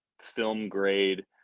film-grade –